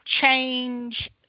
change